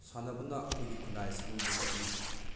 ꯁꯥꯟꯅꯕꯅ ꯑꯩꯈꯣꯏꯒꯤ ꯈꯨꯟꯅꯥꯏ ꯑꯁꯤꯕꯨ ꯌꯣꯛꯈꯠꯂꯤ